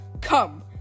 Come